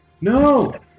No